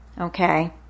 Okay